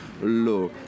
law